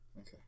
Okay